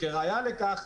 כראיה לכך,